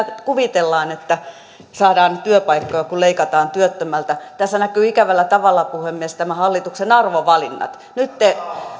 kuvitellaan että sillä saadaan työpaikkoja kun leikataan työttömältä tässä näkyvät ikävällä tavalla puhemies nämä hallituksen arvovalinnat nyt te